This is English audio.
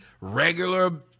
regular